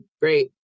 great